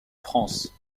france